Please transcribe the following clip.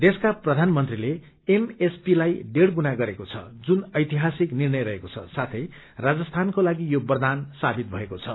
देशका प्रधानमन्त्रीले M S P लाई डेढ़ गुणा गरेको छ जुन ऐतिहासिक निर्णय रहेको छ साथे राजस्थानको लागि यो वरदान सावित भएको छ